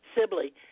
Sibley